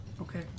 Okay